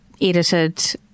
edited